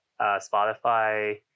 Spotify